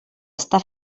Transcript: està